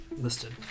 listed